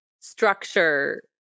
structure